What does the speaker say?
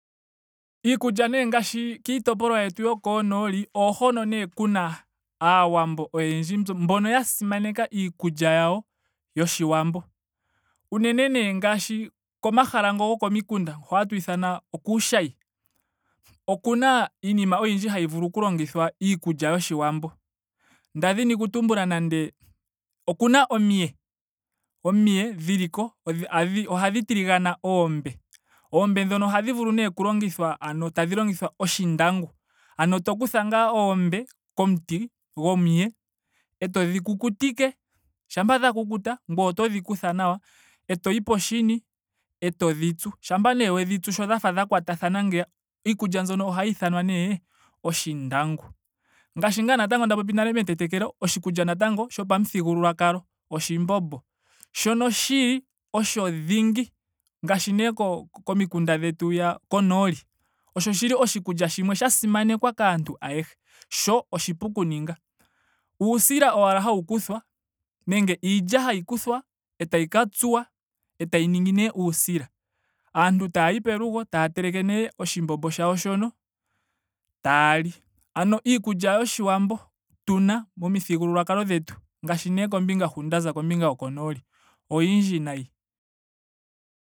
Iikulya nee ngaashi kiitopolwa yetu yokoonoli. oohono nee kuna aawambo oyendji mboka ya simaneka iikulya yawo yoshiwambo. Unene nee ngaashi komahala ngo gokomikunda. ho hatu ithana okuushayi. okuna iinima oyindji hayi vulu oku longithwa iikulya yoshiwambo. Nda dhini okutumbula nande okuna omiye. Omiye dhili ko odhi ohadhi tiligana oombe. Oombe dhono ohadhi vulu nee oku longithwa ano tadhi longithwa oshindangu. Ano to kutha ngaa oombe komuti gomuye. etodhi kukutike. shampa dha kukuta ngoye otodhi kutha nawa. etoyi poshini etodhi tsu. Shampa nee wedhi tsu sho dhafa dha kwatathana ngeya. iikulya mbyono ohayi ithanwa nee oshindangu. Ngaashi ngaa natango nda popi nale metetekelo oshikulya natango shopamuthigululwakalo oshimbombo. Shono shili osho dhingi ngaashi nee komi komikunda dhetu hwiiya konooli. oshi shili oshikulya shimwe sha simanekwa kaantu ayehe. sho oshipu oku ninga. Uusila owala hawu kutha nenge iilya hayi kuthwa etayi ka tsuwa. etayi ningi nee uusila. Aaantu etaayi pelugo taya teleke nee oshimbombo shawo shono. taali. Ano iikulya yoshiwambo tuna momithigululwakalo dhetu ngaashi nee kombinga hu nda za. kombinga yokonooli oyindji nayi.